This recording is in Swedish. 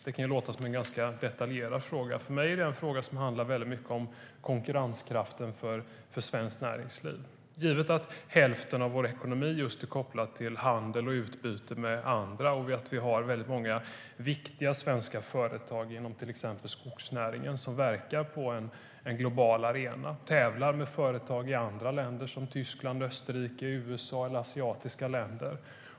Det kan låta som en ganska detaljerad fråga, men för mig är det en fråga som handlar väldigt mycket om konkurrenskraften för svenskt näringsliv, givet att hälften av vår ekonomi är kopplad till handel och utbyte med andra marknader. Vi har många viktiga företag inom till exempel skogsnäringen som verkar på en global arena och tävlar med företag i andra länder som Tyskland, Österrike, USA eller asiatiska länder.